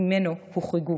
שממנו הוחרגו.